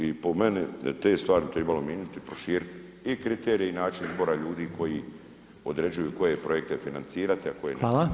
I po meni te stvari bi trebalo mijenjati, proširiti i kriteriji i način izbora ljudi koji određuju koje projekte financirate a koje ne.